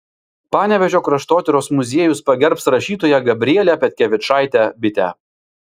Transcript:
panevėžio kraštotyros muziejus pagerbs rašytoją gabrielę petkevičaitę bitę